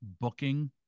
booking